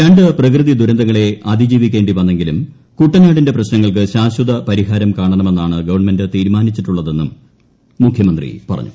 രണ്ടു പ്രകൃതി ദുരന്തങ്ങളെ അതിജീവിക്കേണ്ടി വന്നെങ്കിലും കുട്ടനാടിന്റെ പ്രശ്നങ്ങൾക്ക് ശാശ്വത പരിഹാരം കാണണമെന്നാണ് ഗവൺമെന്റ് തീരുമാനിച്ചിട്ടുള്ളതെന്നും മുഖ്യമന്ത്രി പറഞ്ഞു